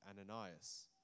Ananias